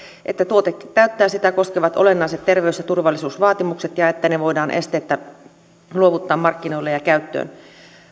että tuote täyttää sitä koskevat olennaiset terveys ja turvallisuusvaatimukset ja että se voidaan esteettä luovuttaa markkinoille ja käyttöön